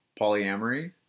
polyamory